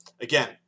again